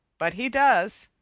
but he does.